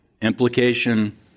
Implication